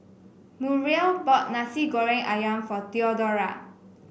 Muriel bought Nasi Goreng ayam for Theodora